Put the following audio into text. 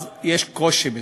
אז יש קושי בזה.